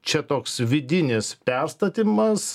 čia toks vidinis perstatymas